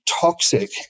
toxic